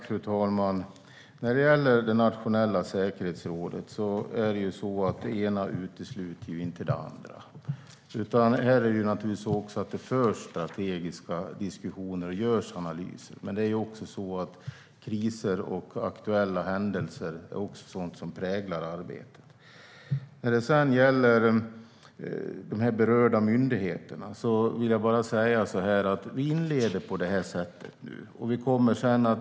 Fru talman! När det gäller det nationella säkerhetsrådet vill jag säga att det ena inte utesluter det andra. Det förs strategiska diskussioner, och det görs analyser. Kriser och aktuella händelser är också sådant som präglar arbetet. När det gäller de berörda myndigheterna vill jag säga att det är på detta sätt vi inleder nu.